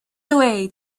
away